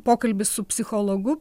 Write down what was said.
pokalbis su psichologu